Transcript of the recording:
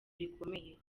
rikomeye